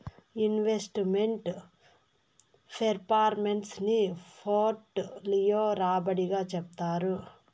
invest meant performance ని portfolio రాబడి గా చెప్తారు